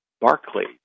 Barclays